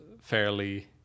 fairly